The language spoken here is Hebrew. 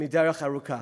מדרך ארוכה.